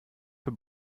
für